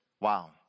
wow